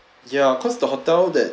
ya cause the hotel that